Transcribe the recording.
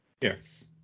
Yes